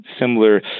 similar